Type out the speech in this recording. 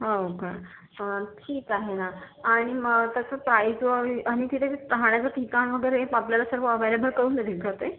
हो का ठीक आहे ना आणि मग त्याचं प्राइस वगैरे आणि तिथे राहण्याचं ठिकाण वगैरे हे आपल्याला सर्व अव्हेलेबल करून देतील का ते